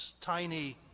tiny